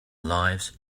lives